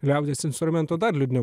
liaudies instrumentų dar liūdniau